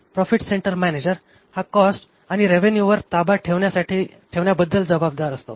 profit centre manager हा cost आणि रेवेन्युवर ताबा ठेवण्याबद्दल जबाबदार असतो